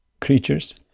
creatures